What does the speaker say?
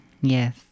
Yes